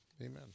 Amen